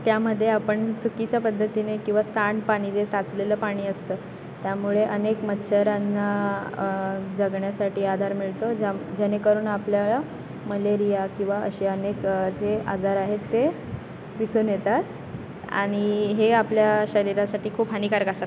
त्यामध्ये आपण चुकीच्या पद्धतीने किंवा सांडपाणी जे साचलेलं पाणी असतं त्यामुळे अनेक मच्छरांना जगण्यासाठी आधार मिळतो ज्या जेणेकरून आपल्याला मलेरिया किंवा असे अनेक जे आजार आहेत ते दिसून येतात आणि हे आपल्या शरीरासाठी खूप हानिकारक असतात